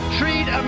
treat